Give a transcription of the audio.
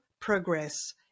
progress